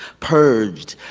purged,